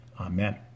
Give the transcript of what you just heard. Amen